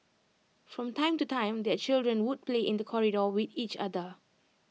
from time to time their children would play in the corridor with each other